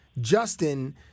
Justin